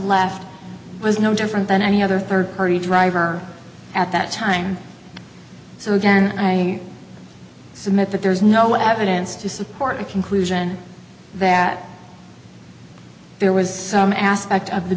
left was no different than any other third party driver at that time so then i submit that there is no what happens to support a conclusion that there was some aspect of the